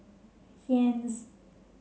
Heinz